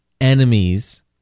enemies